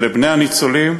ולבני הניצולים